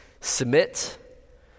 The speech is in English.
submit